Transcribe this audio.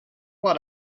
what